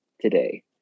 today